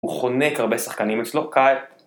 הוא חונק הרבה שחקנים אצלו, קאל?